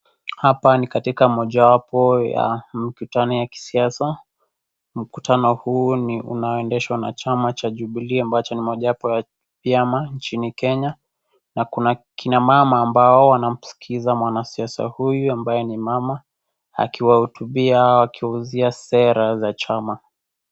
Hapa ni katika mojawapo ya mkutano wa kisiasa, mkutano huu ni unaendeshwa na chama cha Jubilee ambacho ni mojawapo ya vyama nchini Kenya na kuna kina mama ambao wanamskiza mwanasiasa huyo ambaye ni mama akiwahutubia kuuzia Sera za chama.